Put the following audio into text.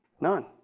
None